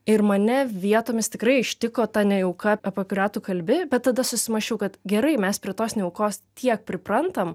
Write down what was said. ir mane vietomis tikrai ištiko ta nejauka apie kurią tu kalbi bet tada susimąsčiau kad gerai mes prie tos nejaukos tiek priprantam